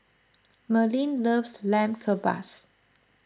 Merlyn loves Lamb Kebabs